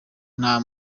nta